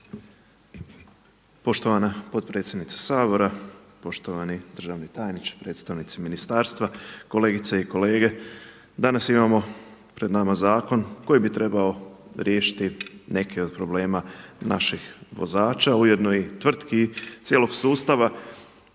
Poštovana potpredsjednice Sabora, poštovani državni tajniče, predstavnici ministarstva, kolegice i kolege. Danas imamo pred nama zakon koji bi trebao riješiti neke od problema naših vozača ujedno i tvrtki, cijelog sustava.